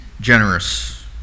generous